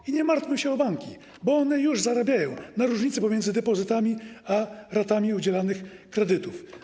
I nie martwmy się o banki, bo one już zarabiają na różnicy pomiędzy depozytami a ratami udzielanych kredytów.